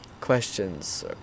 questions